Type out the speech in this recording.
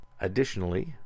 Additionally